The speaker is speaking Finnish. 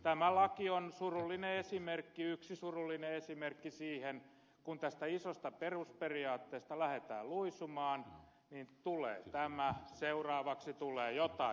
tämä laki on yksi surullinen esimerkki siitä että kun tästä isosta perusperiaatteesta lähdetään luisumaan niin tulee tämä seuraavaksi tulee jotain muuta